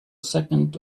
second